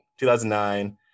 2009